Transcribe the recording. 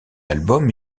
album